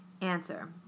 Answer